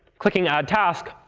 clicking add task,